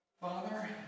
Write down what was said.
Father